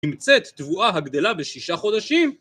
נמצאת תבואה הגדלה בשישה חודשים,